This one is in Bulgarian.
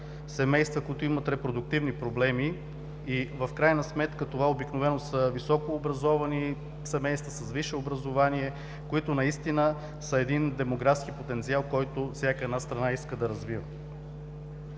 семейства, които имат репродуктивни проблеми. В крайна сметка, това обикновено са високообразовани семейства, с висше образование, които наистина са един демографски потенциал, който всяка една страна иска да развива.